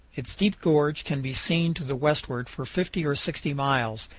its deep gorge can be seen to the westward for fifty or sixty miles,